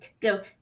go